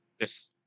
Yes